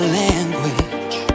language